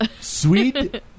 sweet